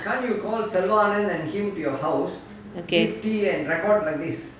okay